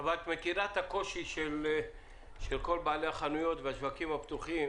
אבל את מכירה את הקושי של כל בעלי החנויות והשווקים הפתוחים,